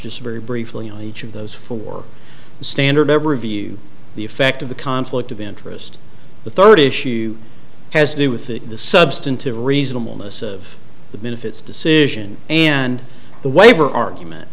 just very briefly on each of those four standard ever review the effect of the conflict of interest the third issue has to do with the substantive reasonable most of the benefits decision and the waiver argument